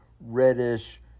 reddish